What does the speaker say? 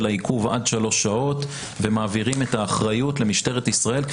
העיכוב עד שלוש שעות ומעבירים את האחריות למשטרת ישראל,